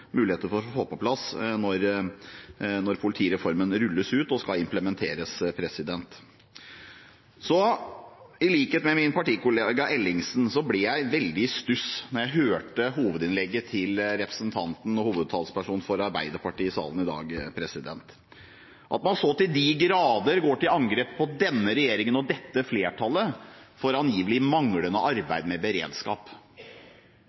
for å få på plass når politireformen rulles ut og skal implementeres. I likhet med min partikollega Ellingsen ble jeg veldig i stuss da jeg hørte hovedinnlegget til representanten og hovedtalspersonen for Arbeiderpartiet i salen i dag. Man går så til de grader til angrep på denne regjeringen og dette flertallet for angivelig manglende arbeid med beredskap.